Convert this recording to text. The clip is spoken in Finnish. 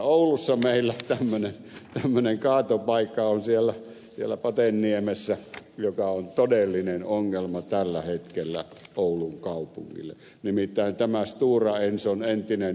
oulussa meillä tämmöinen kaatopaikka on siellä pateniemessä joka on todellinen ongelma tällä hetkellä oulun kaupungille nimittäin tämä stora enson entinen yksityinen kaatopaikka